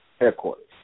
headquarters